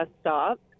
stop